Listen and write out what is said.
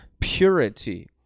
purity